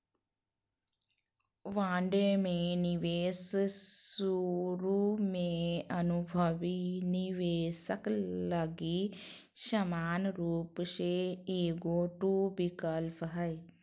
bond में निवेश शुरु में अनुभवी निवेशक लगी समान रूप से एगो टू विकल्प हइ